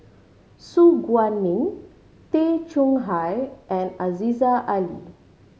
Su Guaning Tay Chong Hai and Aziza Ali